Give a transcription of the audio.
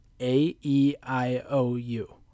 A-E-I-O-U